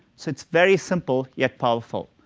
so it's very simple, yet powerful.